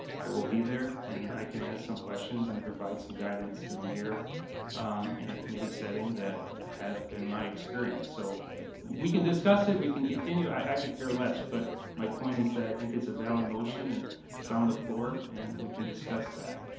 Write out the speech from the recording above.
i will be there, and i can ask some questions, and provide some guidance to the mayor in a committee setting that had been my experience. so we can discuss it, we can continue, i i could care less, but my point is that i think it's a valid motion and it's on the floor, and we can discuss that.